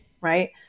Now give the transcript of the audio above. right